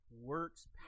works